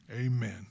Amen